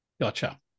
Gotcha